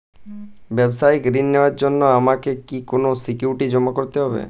ব্যাবসায়িক ঋণ নেওয়ার জন্য আমাকে কি কোনো সিকিউরিটি জমা করতে হবে?